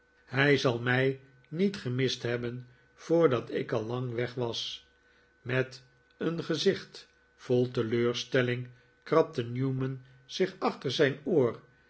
hij zal mij niet gemist hebben voordat ik al lang weg was met een gezicht vol teleurstelling krabde newman zich achter zijn oor